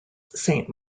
saint